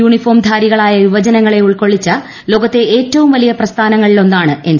uniform ധാരികളായ യുവജനങ്ങളെ ഉൾക്കൊള്ളിച്ച ലോകത്തെ ഏറ്റവും വലിയ പ്രസ്ഥാനങ്ങളിലൊന്നാണ് എൻ